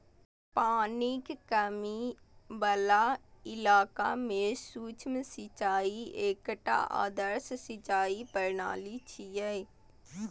पानिक कमी बला इलाका मे सूक्ष्म सिंचाई एकटा आदर्श सिंचाइ प्रणाली छियै